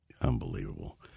Unbelievable